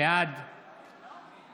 בעד